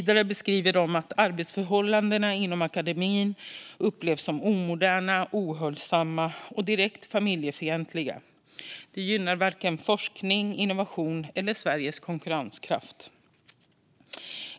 De beskriver vidare att "arbetsförhållandena inom akademin upplevs som omoderna, ohälsosamma och direkt familjefientliga. Det gynnar varken forskning och innovation eller Sveriges konkurrenskraft".